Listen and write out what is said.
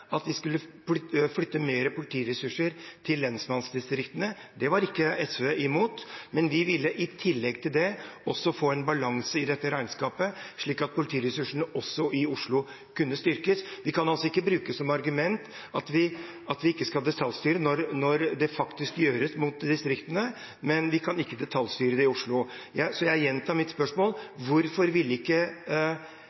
de detaljstyrte at de skulle flytte flere politiressurser til lensmannsdistriktene. Det var ikke SV imot, men vi ville i tillegg få en balanse i dette regnskapet slik at politiressursene også i Oslo kunne styrkes. Vi kan altså ikke bruke som argument at vi ikke skal detaljstyre når det faktisk gjøres mot distriktene, men vi kan ikke detaljstyre det i Oslo. Så jeg gjentar mitt spørsmål: